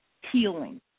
healing